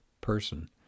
person